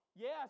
yes